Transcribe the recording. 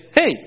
hey